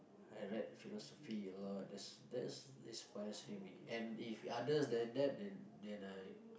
I read philosophy a lot that's that's inspiring me and if others then that and then I